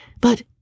but